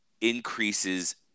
increases